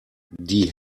die